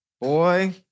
Boy